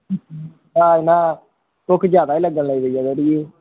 ते भुक्ख जादा गै लग्गन लग्गी पेदी ऐ इंया थोह्ड़ी